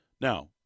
Now